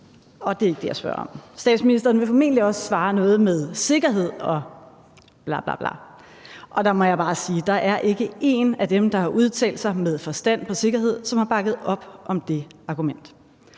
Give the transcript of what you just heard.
og det er ikke det, jeg spørger om. Statsministeren vil formentlig også svare noget med sikkerhed og bla, bla. Og der må jeg bare sige, at der er ikke én af dem, der har udtalt sig, med forstand på sikkerhed, som har bakket op om det argument.